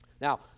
Now